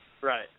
Right